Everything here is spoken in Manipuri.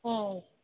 ꯎꯝ